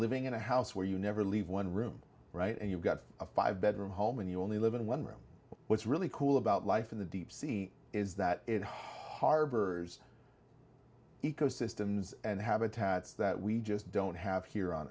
living in a house where you never leave one room right and you've got a five bedroom home and you only live in one room what's really cool about life in the deep sea is that it harbors ecosystems and habitats that we just don't have here on